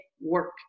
work